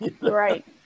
Right